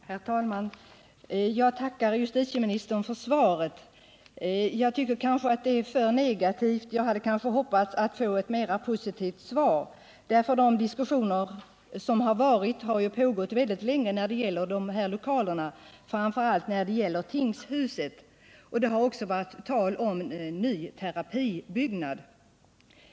Herr talman! Jag tackar justitieministern för svaret. Jag tycker kanske att det är ett alltför negativt svar — jag hade hoppats att få ett mer positivt. Diskussionerna om ifrågavarande lokaler har ju pågått väldigt länge, framför allt beträffande tingshuset. Det har också varit tal om ny terapibyggnad.